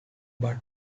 but